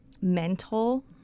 mental